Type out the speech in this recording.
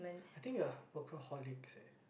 I think they are workaholics eh